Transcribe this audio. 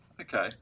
okay